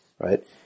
right